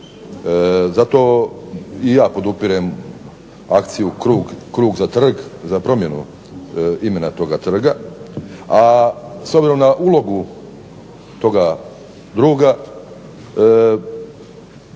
Zato i ja podupirem akciju "Krug za trg" za promjenu imena toga trga, a s obzirom na ulogu toga druga